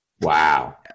Wow